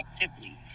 activity